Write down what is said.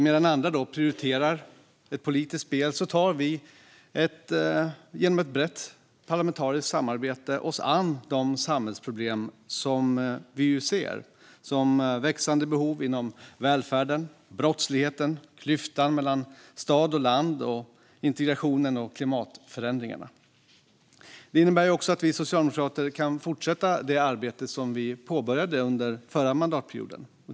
Medan andra prioriterar ett politiskt spel tar vi genom ett brett parlamentariskt samarbete oss an de samhällsproblem som vi ser: de växande behoven inom välfärden, brottsligheten, klyftan mellan stad och land, integrationen och klimatförändringarna. Det innebär att vi socialdemokrater kan fortsätta det arbete som vi påbörjade under förra mandatperioden.